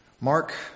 Mark